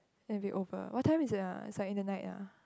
then it'll be over what time is it ah it's like in the night ah